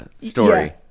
story